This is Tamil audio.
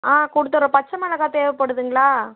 ஆ கொடுத்தர்றோம் பச்சை மிளகா தேவைப்படுதுங்களா